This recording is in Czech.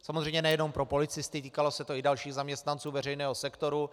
Samozřejmě nejenom pro policisty, týkalo se to i dalších zaměstnanců veřejného sektoru.